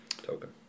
token